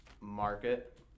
market